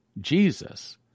Jesus